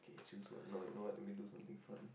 okay choose one no wait know what let me do something fun